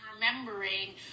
remembering